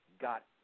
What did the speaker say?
got